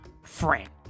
friend